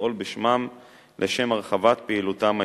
לפעול בשמם לשם הרחבת פעילותם העסקית,